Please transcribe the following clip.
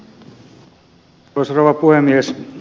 arvoisa rouva puhemies